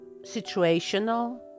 situational